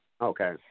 Okay